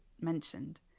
mentioned